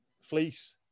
fleece